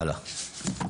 הלאה.